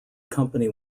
company